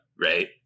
right